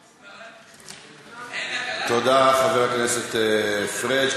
תודה, חבר הכנסת פריג'.